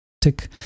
tick